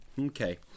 Okay